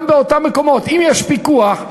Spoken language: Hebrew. אם יש פיקוח,